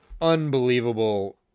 unbelievable